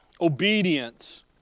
obedience